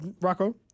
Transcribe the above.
Rocco